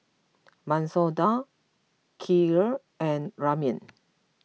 Masoor Dal Kheer and Ramen